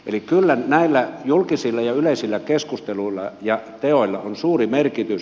eli kyllä näillä julkisilla ja yleisillä keskusteluilla ja teoilla on suuri merkitys